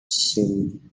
synagogue